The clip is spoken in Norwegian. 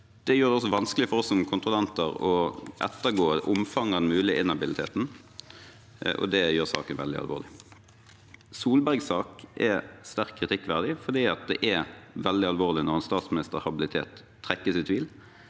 Det gjør det vanskelig for oss som kontrollorgan å ettergå omfanget av den mulige inhabiliteten, og det gjør saken veldig alvorlig. Solbergs sak er sterkt kritikkverdig fordi det er veldig alvorlig når en statsministers habilitet trekkes i tvil